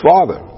Father